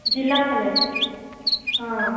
જિલ્લા કલે હા